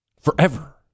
Forever